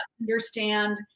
understand